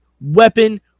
weapon